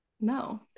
no